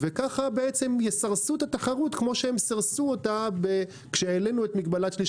וכך יסרסו את התחרות כפי שסירסו אותה כשהעלינו את מגבלת שליש